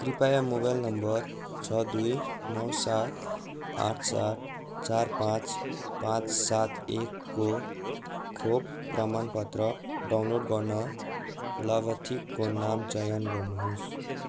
कृपया mobile number छ दुई नौ सात आठ सात चार पाँच पाँच सात एकको खोप प्रमाणपत्र डाउनलोड गर्न लाभार्थीको नाम चयन गर्नुहोस्